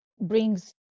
brings